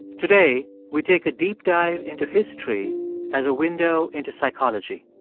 today, we take a deep dive into history as a window into psychology.